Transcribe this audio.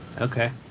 Okay